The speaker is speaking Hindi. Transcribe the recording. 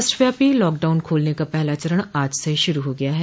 राष्ट्रव्यापी लॉकडाउन खोलने का पहला चरण आज से शुरू हो गया है